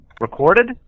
Recorded